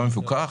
לא מפוקח.